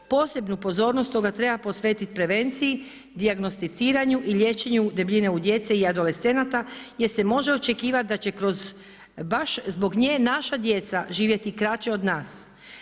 Posebnu pozornost stoga treba posvetiti prevenciji, dijagnosticiranju i liječenju debljine u djece i adolescenata jer se može očekivati da će kroz, baš zbog nje naša djeca živjeti kraće od nas.